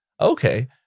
Okay